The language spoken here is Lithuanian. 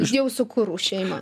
jau sukūrus šeimą